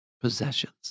possessions